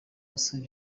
musore